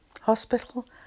hospital